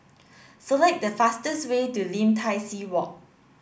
select the fastest way to Lim Tai See Walk